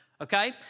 okay